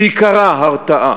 שעיקרה הרתעה.